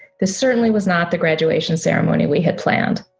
this certainly was not the graduation ceremony we had planned,